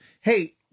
Hey